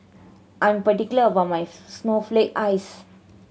I'm particular about my snowflake ice